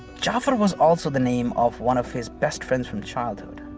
ja'far was also the name of one of his best friends from childhood.